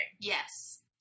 Yes